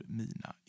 mina